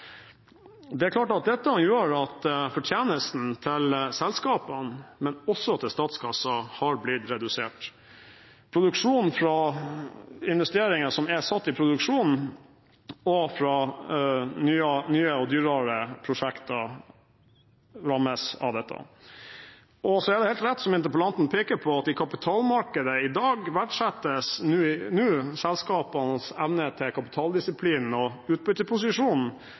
Det er klart at dette gjør at fortjenesten til selskapene, men også til statskassa, har blitt redusert. Produksjonen fra investeringer som er satt i produksjon og fra nye og dyrere prosjekter, lammes av dette. Og så er det helt rett som interpellanten peker på, at i kapitalmarkedet i dag verdsettes nå selskapenes evne til kapitaldisiplin og utbytteposisjon